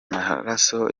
maraso